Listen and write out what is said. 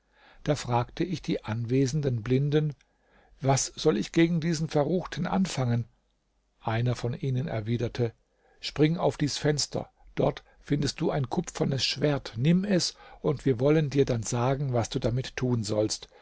da fragte ich die anwesenden blinden was soll ich gegen diesen verruchten anfangen einer von ihnen erwiderte spring auf dies fenster dort findest du ein kupfernes schwert nimm es und wir wollen dir dann sagen was du damit tun sollst